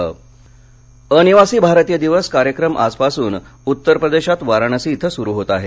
अनिवासी भारतीय अनिवासी भारतीय दिवस कार्यक्रम आजपासून उत्तरप्रदेशात वाराणसी इथं सुरू होत आहे